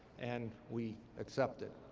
and we accepted.